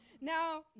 Now